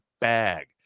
bag